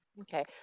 Okay